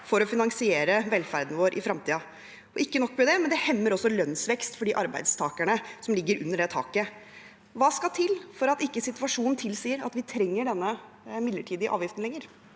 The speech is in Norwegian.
kunne finansiere velferden vår i fremtiden. Ikke nok med det: Det hemmer også lønnsveksten for de arbeidstakerne som ligger under det taket. Hva skal til for at situasjonen tilsier at vi ikke trenger denne midlertidige avgiften lenger?